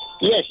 Yes